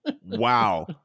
Wow